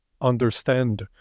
understand